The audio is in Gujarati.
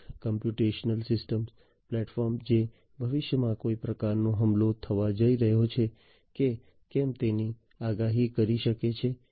એક કોમ્પ્યુટેશનલ સિસ્ટમ પ્લેટફોર્મ જે ભવિષ્યમાં કોઈ પ્રકારનો હુમલો થવા જઈ રહ્યો છે કે કેમ તેની આગાહી કરી શકે છે